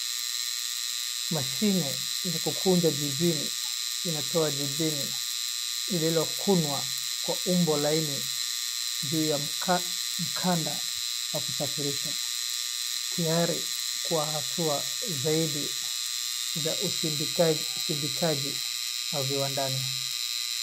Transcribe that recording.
Mashine ya kukunja jibini linatoa jibini lililokunwa kwa umbo laini juu ya mkanda wa kusafirisha tayari kwa hatua zaidi za usindikaji wa viwandani.